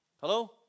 Hello